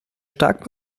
stark